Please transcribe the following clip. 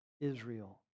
Israel